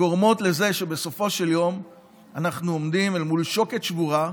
גורמות לזה שבסופו של יום אנחנו עומדים אל מול שוקת שבורה,